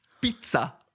Pizza